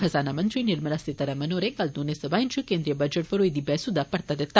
खजानामंत्री निर्मला सीतारमण होरें कल दौने सभाएं च केन्द्री बजट पर होई दी बैहसू दा जवाब दिता